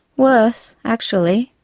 worse, actually.